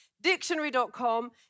dictionary.com